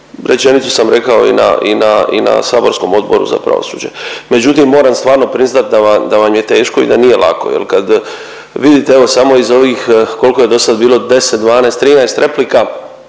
Rečenicu sam rekao i na, i na, i na saborskom Odboru za pravosuđe. Međutim, moram stvarno priznat da vam, da vam je teško i da nije lako jel, kad vidite evo samo iz ovih kolko je dosad bilo 10, 12, 13 replika,